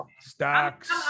stocks